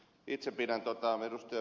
itse pidän tuota ed